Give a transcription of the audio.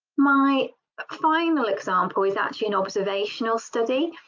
my final example is actually an observational study.